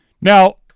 Now